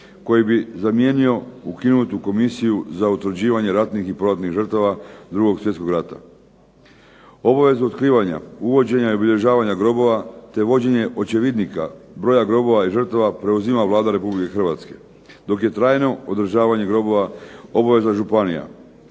koji bi zamijenio ukinutu Komisiju za utvrđivanje ratnih i poratnih žrtava 2. Svjetskog rata. Obavezu otkrivanja, uvođenja i obilježavanja grobova, te vođenje očevidnika, broja grobova i žrtava preuzima Vlada Republike Hrvatske. Dok je trajno održavanje grobova obaveza županija.